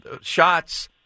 shots